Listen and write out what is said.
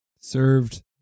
Served